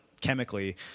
chemically